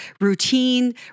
routine